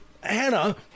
Hannah